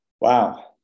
Wow